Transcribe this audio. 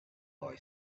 boy